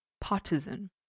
partisan